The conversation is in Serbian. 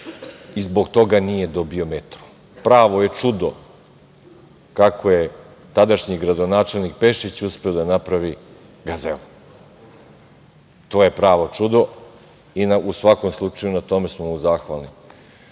i zbog toga nije dobio metro. Pravo je čudo kako je tadašnji gradonačelnik Pešić uspeo da napravi Gazelu. To je pravo čudo i, u svakom slučaju, na tome smo mu zahvalni. Po